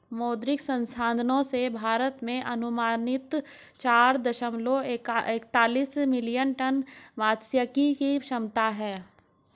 मुद्री संसाधनों से, भारत में अनुमानित चार दशमलव एकतालिश मिलियन टन मात्स्यिकी क्षमता है